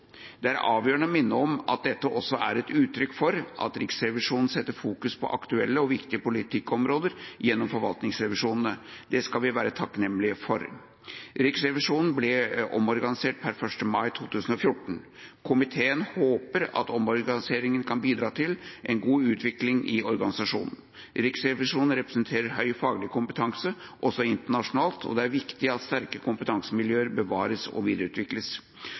Det er avgjørende å minne om at dette også er et uttrykk for at Riksrevisjonen fokuserer på aktuelle og viktige politikkområder gjennom forvaltningsrevisjonene. Det skal vi være takknemlige for. Riksrevisjonen ble omorganisert per 1. mai 2014. Komiteen håper at omorganiseringa kan bidra til en god utvikling i organisasjonen. Riksrevisjonen representerer høy faglig kompetanse, også internasjonalt, og det er viktig at det sterke kompetansemiljøet bevares og videreutvikles.